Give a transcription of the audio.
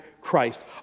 Christ